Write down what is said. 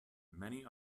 many